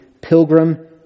pilgrim